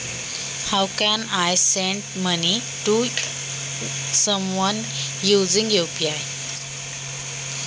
मी UPI वापरून एखाद्या व्यक्तीला पैसे कसे पाठवू शकते?